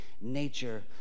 nature